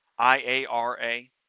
IARA